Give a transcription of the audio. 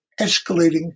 escalating